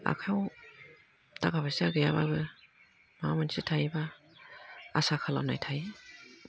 आखाइयाव थाखा फैसा गैयाबाबो माबा मोनसे थायोबा आसा खालामनाय थायो